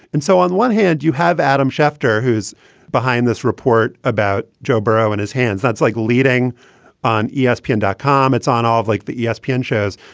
and so on one hand, you have adam schefter, who's behind this report about joe baro and his hands. that's like leading on yeah espn and dot com. it's on all like the yeah espn shows.